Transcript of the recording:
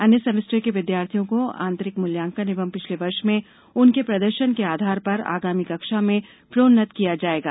अन्य सेमेस्टर के विद्यार्थियों को अंतरिक मूल्यांकन एवं पिछले वर्ष में उनके प्रदर्शन के आधार पर आगामी कक्षा में प्रोन्नत किया जाएगा